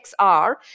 XR